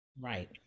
Right